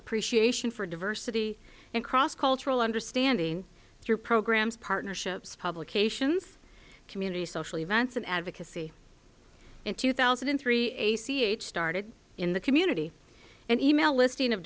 appreciation for diversity and cross cultural understanding through programs partnerships publications community social events and advocacy in two thousand and three started in the community and email listing of